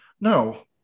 no